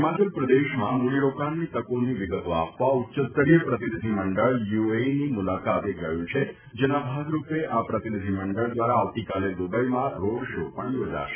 હિમાચલ પ્રદેશમાં મૂડીરોકાણની તકોની વિગતો આપવા ઉચ્યસ્તરીય પ્રતિનિધિમંડળ યુએની મુલાકાતે ગયું છે જેના ભાગરૂપે આ પ્રતિનિધિમંડળ દ્વારા આવતીકાલે દુબઈમાં રોડ શો યોજાશે